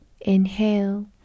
inhale